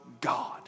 God